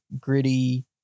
gritty